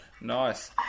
Nice